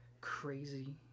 Crazy